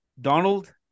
Donald